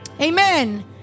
Amen